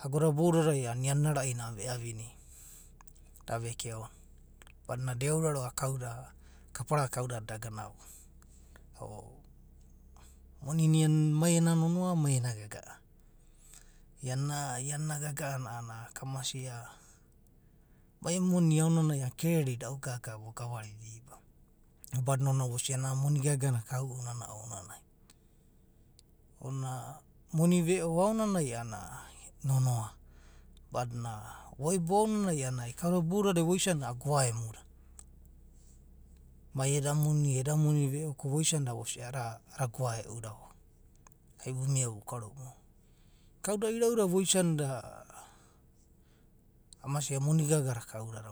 Ago da bou dadai a’anana iana ena ra’i na a’anana ve’avina, da vekaona, badinana da euraroa’va kauda, kapara da kaudada eda gana uga. monina ianana mai ena nonoa, mai ena gaga’a, iana, iana ena gaga’ana a’anana kamasia mai emu moni aonanai korere da irau gaga vogavari diba badina ona vosia na moni gagana kau una ounanai, ona moni veo aonanai a’anana ai nonoa, badina voebo aonanai kauda bouda voisanida a’anana goaemu da mai edam oni e, eda moni veo ko voisanida vosia a’adada goaeu da, ok vumia vu kara bou. Kauda irau dada voisanda, amasia, moni gaga da koudada,